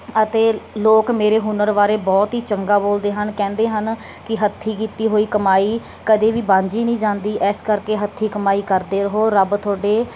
ਅਤੇ ਲੋਕ ਮੇਰੇ ਹੁਨਰ ਬਾਰੇ ਬਹੁਤ ਹੀ ਚੰਗਾ ਬੋਲਦੇ ਹਨ ਕਹਿੰਦੇ ਹਨ ਕਿ ਹੱਥੀਂ ਕੀਤੀ ਹੋਈ ਕਮਾਈ ਕਦੇ ਵੀ ਵਾਂਝੀ ਨਹੀਂ ਜਾਂਦੀ ਇਸ ਕਰਕੇ ਹੱਥੀਂ ਕਮਾਈ ਕਰਦੇ ਰਹੋ ਰੱਬ ਤੁਹਾਡੇ